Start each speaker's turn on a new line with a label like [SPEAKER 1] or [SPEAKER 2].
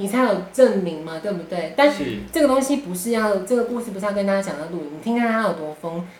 [SPEAKER 1] 你才有证明嘛，对不对？但是，
[SPEAKER 2] 是。
[SPEAKER 1] 这个东西不是要- 这个故事不是要跟大家讲的录影，你听听他有多疯。